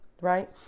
right